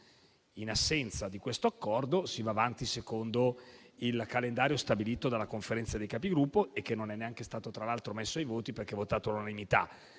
In assenza di questo accordo, si va avanti secondo il calendario stabilito dalla Conferenza dei Capigruppo, che tra l'altro non è neanche stato messo ai voti, perché votato all'unanimità.